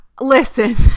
Listen